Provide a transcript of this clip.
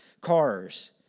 cars